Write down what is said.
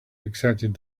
accepted